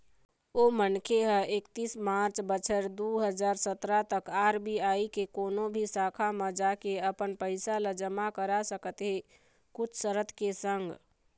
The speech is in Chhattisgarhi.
ओ मनखे ह एकतीस मार्च बछर दू हजार सतरा तक आर.बी.आई के कोनो भी शाखा म जाके अपन पइसा ल जमा करा सकत हे कुछ सरत के संग